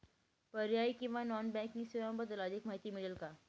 पर्यायी किंवा non banking सेवांबद्दल अधिक माहिती मिळेल का?